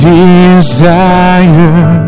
desire